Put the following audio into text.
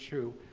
true